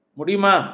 Mudima